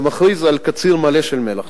ומכריז על קציר מלא של מלח.